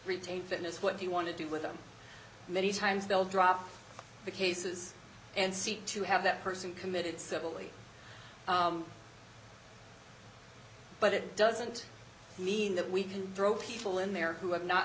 retain fitness what do you want to do with them many times they'll drop the cases and seek to have that person committed separately but it doesn't mean that we can throw people in there who have not